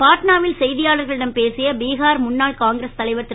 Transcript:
பாட்னாவில் செய்தியாளர்களிடம் பேசிய பீகார் முன்னாள் காங்கிரஸ் தலைவர் திரு